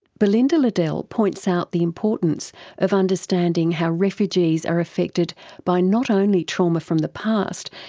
belinda liddell points out the importance of understanding how refugees are affected by not only trauma from the past,